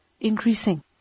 increasing